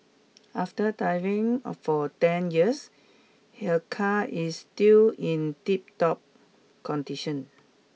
after diving for ten years here car is still in tiptop condition